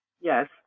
yes